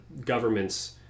government's